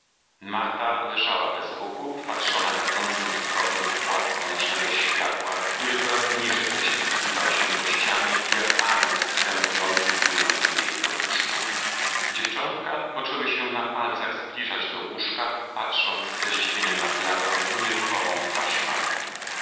marta leżała bez ruchu wpatrzona gasnącym wzrokiem w płat słonecznego światła który coraz niżej ześlizgiwał się po ścianie i jak anioł zstępujący płynął ku jej poduszkom dziewczątka poczęły się na palcach zbliżać do łóżka patrząc ze zdziwieniem na bladą i nieruchomą twarz matki